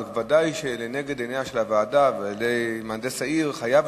אבל ודאי שלנגד עיניה של הוועדה ולעיני מהנדס העיר חייבת